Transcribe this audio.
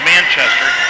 Manchester